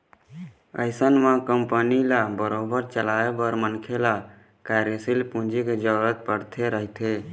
अइसन म कंपनी ल बरोबर चलाए बर मनखे ल कार्यसील पूंजी के जरुरत पड़ते रहिथे